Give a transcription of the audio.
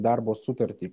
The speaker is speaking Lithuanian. darbo sutartį